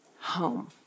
home